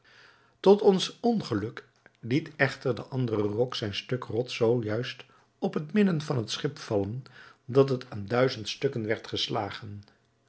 tot ons ongeluk liet echter de andere rok zijn stuk rots zoo juist op het midden van het schip vallen dat het aan duizend stukken werd geslagen